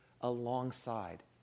alongside